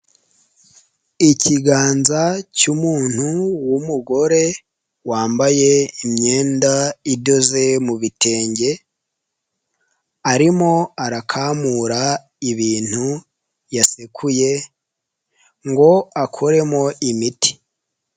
Ikiganza cy'umuntu w'umugore wambaye imyenda idoze mu bitenge, arimo arakamura ibintu yasekuye ngo akoremo imiti.